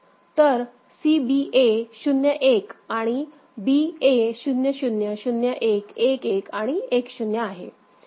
तर C B A 0 1 आणि B A 0 0 0 1 1 1 आणि 1 0 आहे